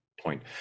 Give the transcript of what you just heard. point